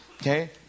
Okay